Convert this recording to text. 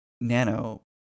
Nano